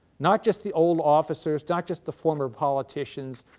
not just the old officers, not just the former politicians,